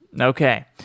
Okay